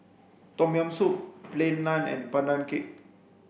tom yam soup plain naan and pandan cake